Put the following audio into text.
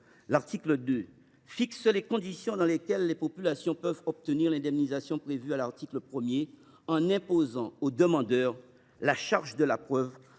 L’article 2 tend à fixer les conditions dans lesquelles les populations peuvent obtenir l’indemnisation prévue à l’article 1 en imposant au demandeur la charge de la preuve